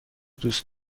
دوست